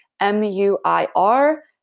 M-U-I-R